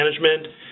management